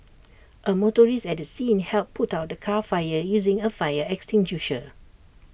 A motorist at the scene helped put out the car fire using A fire extinguisher